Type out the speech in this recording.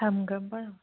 ꯊꯝꯈ꯭ꯔꯕ